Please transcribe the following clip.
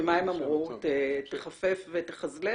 ומה הם אמרו, תחפף ותחזל"ש?